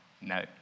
No